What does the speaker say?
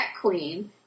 queen